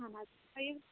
اَہَن حظ تۅہہِ یِم